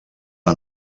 una